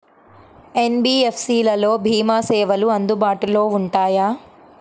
NBFC లలో భీమా సేవలు అందుబాటులో ఉంటాయా?